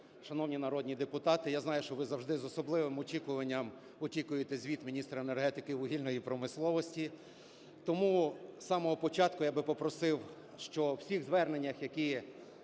шановні народні депутати! Я знаю, що ви завжди з особливим очікуванням очікуєте звіт міністра енергетики і вугільної промисловості. Тому з самого початку я би попросив, що у всіх зверненнях, в